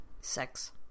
sex